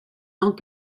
ans